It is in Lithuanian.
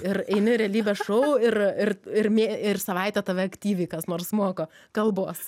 ir eini realybės šou ir ir ir mė ir savaitę tave aktyviai kas nors moko kalbos